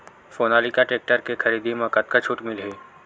Sonalika tractor के खरीदी मा कतका छूट मीलही?